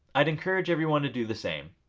i'd encourage everyone to do the same.